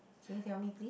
can you tell me please